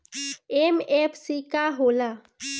MFC का होला?